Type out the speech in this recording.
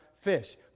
fish